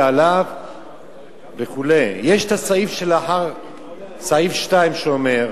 לו וכו' ויש סעיף שלאחר סעיף 2 שאומר: